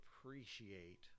appreciate